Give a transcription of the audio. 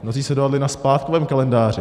Mnozí se dohodli na splátkovém kalendáři.